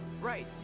Right